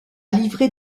livré